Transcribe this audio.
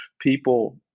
people